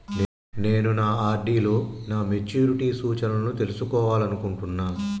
నేను నా ఆర్.డి లో నా మెచ్యూరిటీ సూచనలను తెలుసుకోవాలనుకుంటున్నా